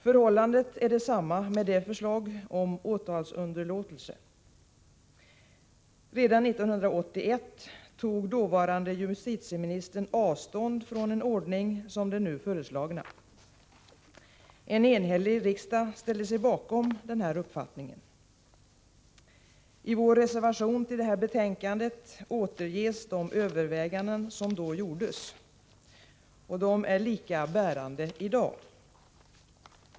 Förhållandet är detsamma med förslaget om åtalsunderlåtelse. Redan 1981 tog dåvarande justitieministern avstånd från en ordning som den nu föreslagna. En enhällig riksdag ställde sig bakom denna uppfattning. I vår reservation till detta betänkande återges de överväganden som då gjordes. De är lika bärande i dag.